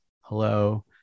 hello